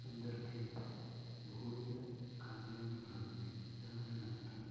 सन्दर्भे बहुविधखाद्यानि भवन्ति उदाहरणार्थं